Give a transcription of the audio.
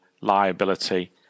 liability